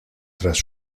tras